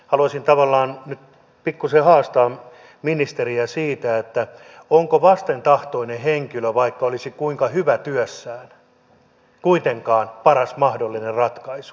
haluaisin tavallaan nyt pikkuisen haastaa ministeriä siitä onko vastentahtoinen henkilö vaikka olisi kuinka hyvä työssään kuitenkaan paras mahdollinen ratkaisu